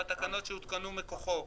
והתקנות שהותקנו מכוחו,